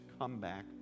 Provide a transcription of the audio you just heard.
comeback